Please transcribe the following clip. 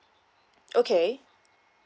okay